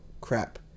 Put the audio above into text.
crap